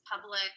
public